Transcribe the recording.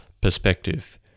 perspective